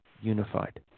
unified